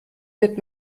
wird